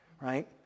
right